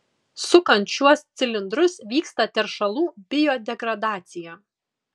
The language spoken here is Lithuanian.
sukant šiuos cilindrus vyksta teršalų biodegradacija